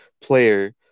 player